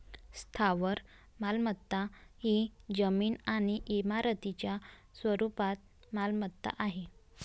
स्थावर मालमत्ता ही जमीन आणि इमारतींच्या स्वरूपात मालमत्ता आहे